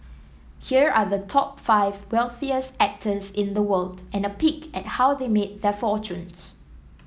here are the top five wealthiest actors in the world and a peek at how they made their fortunes